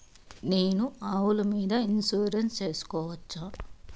నేను ఆవుల మీద ఇన్సూరెన్సు సేసుకోవచ్చా?